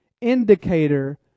indicator